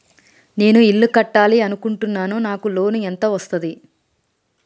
నేను ఇల్లు కట్టాలి అనుకుంటున్నా? నాకు లోన్ ఎంత వస్తది?